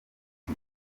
ati